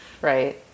Right